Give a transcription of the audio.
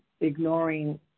ignoring